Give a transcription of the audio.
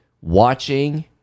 watching